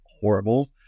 horrible